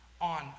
on